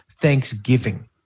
Thanksgiving